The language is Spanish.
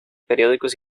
periódicos